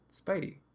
Spidey